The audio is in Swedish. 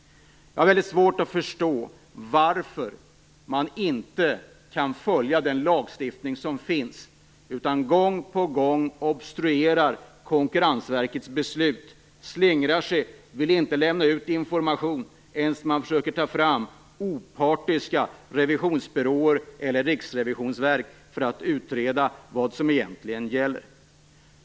Jag har väldigt svårt att förstå varför Posten inte kan följa den lagstiftning som finns utan gång på gång obstruerar Konkurrensverkets beslut, slingrar sig och inte vill lämna ut information, inte ens när opartiska revisionsbyråer eller Riksrevisionsverket skall försöka utreda vad som egentligen gäller.